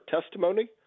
testimony